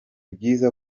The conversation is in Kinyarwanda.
byiza